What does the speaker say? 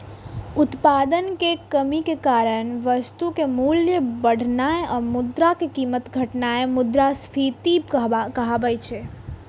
उत्पादन मे कमीक कारण वस्तुक मूल्य बढ़नाय आ मुद्राक कीमत घटनाय मुद्रास्फीति कहाबै छै